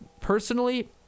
personally